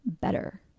better